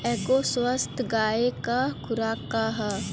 एगो स्वस्थ गाय क खुराक का ह?